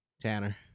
Tanner